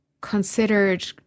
considered